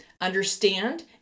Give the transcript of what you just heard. understand